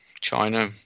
China